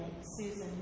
Susan